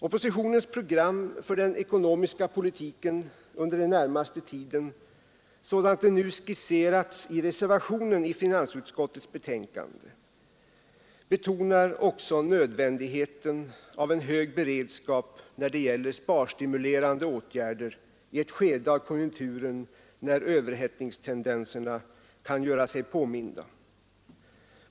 Oppositionens program för den ekonomiska politiken under den närmaste tiden, sådant det nu skisseras i reservationen till finansutskottets betänkande, betonar också nödvändigheten av en hög beredskap när det gäller sparstimulerande åtgärder i ett skede av konjunkturen när överhettningstendenserna kan göra sig påminda.